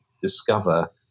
discover